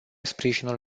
sprijinul